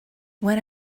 when